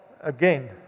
again